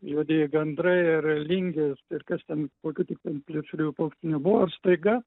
juodieji gandrai ir lingės ir kas ten kokių tik ten plėšriųjų paukščių nebuvo ir staiga